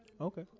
Okay